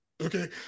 okay